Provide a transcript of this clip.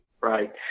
Right